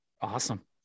Awesome